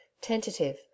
tentative